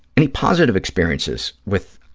any positive experiences with